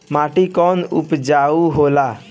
माटी कौन उपजाऊ होला?